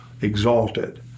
exalted